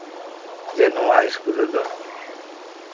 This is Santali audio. ᱡᱮ ᱱᱚᱣᱟ ᱥᱠᱩᱞ ᱨᱮᱫᱚ